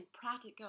practical